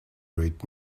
read